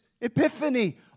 epiphany